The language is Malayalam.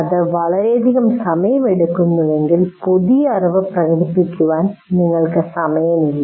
ഇത് വളരെയധികം സമയമെടുക്കുന്നുവെങ്കിൽ പുതിയ അറിവ് പ്രകടിപ്പിക്കാൻ നിങ്ങൾക്ക് സമയമില്ല